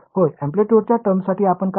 अँप्लिटयूडच्या टर्मसाठी आपण काय कराल